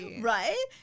right